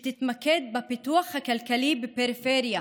ותתמקד בפיתוח הכלכלי בפריפריה